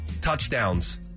Touchdowns